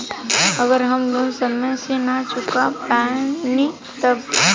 अगर हम लोन समय से ना चुका पैनी तब?